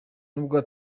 nubwo